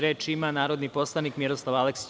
Reč ima narodni poslanik Miroslav Aleksić.